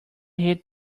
hate